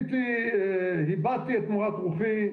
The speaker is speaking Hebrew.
הבעתי את מורת רוחי,